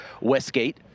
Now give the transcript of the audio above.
Westgate